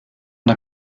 der